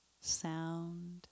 Sound